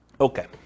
Okay